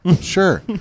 sure